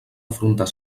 afrontar